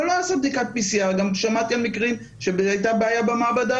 אבל לא עשה בדיקת PCR גם שמעתי גם על מקרים שהייתה בעיה במעבדה